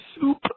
soup